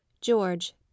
George